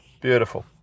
Beautiful